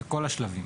בכל השלבים.